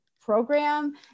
program